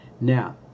Now